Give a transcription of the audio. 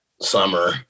summer